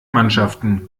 mannschaften